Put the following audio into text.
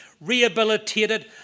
rehabilitated